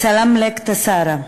סלמלק טסרה,